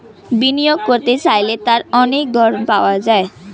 বিনিয়োগ করতে চাইলে তার অনেক ধরন পাওয়া যায়